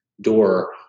door